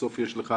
בסוף יש לך